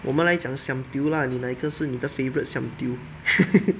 我们来讲 siam diu lah 你哪一个是你的 favourite siam diu